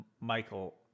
Michael